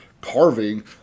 carving